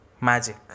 magic